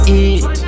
eat